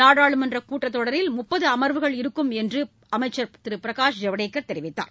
நாடாளுமன்றக் கூட்டத் தொடரில் முப்பது அமர்வுகள் இருக்கும் என்று அமைச்சர் திரு பிரகாஷ் ஐவ்டேகர் தெரிவித்தார்